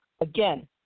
Again